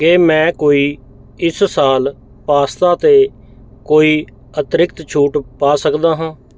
ਕਿ ਮੈਂ ਕੋਈ ਇਸ ਸਾਲ ਪਾਸਤਾ 'ਤੇ ਕੋਈ ਅਤੀਰਿਕਤ ਛੂਟ ਪਾ ਸਕਦਾ ਹਾਂ